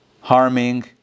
harming